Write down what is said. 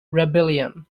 rebellion